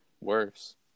worse